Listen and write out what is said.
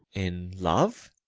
in love?